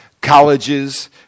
colleges